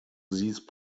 these